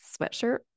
sweatshirt